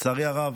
לצערי הרב,